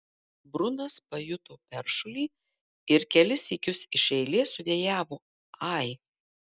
brunas pajuto peršulį ir kelis sykius iš eilės sudejavo ai